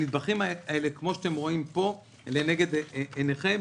הנדבכים האלה, כמו שאתם רואים פה, לנגד עיניכם: